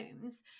homes